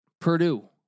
Purdue